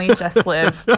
and just live